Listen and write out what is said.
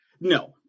No